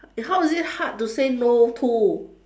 how is it hard to say no to